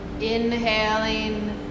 Inhaling